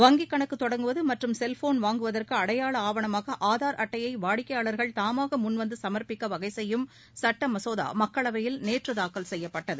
வங்கிக் கணக்கு தொடங்குவது மற்றும் செல்போன் வாங்குவதற்கு அடையாள ஆவணமாக ஆதார் அட்டையை வாடிக்கையாளர்கள் தாமாக முன்வந்து சமர்ப்பிக்க வகை செய்யும் சட்ட மசோதா மக்களவையில் நேற்று தாக்கல் செய்யப்பட்டது